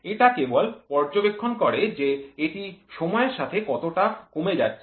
এটি কেবল পর্যবেক্ষণ করে যে এটি সময়ের সাথে কতটা কমে যাচ্ছে